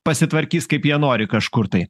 pasitvarkys kaip jie nori kažkur tai